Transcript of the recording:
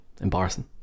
Embarrassing